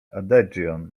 adagio